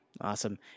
awesome